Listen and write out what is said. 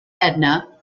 edna